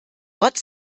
gott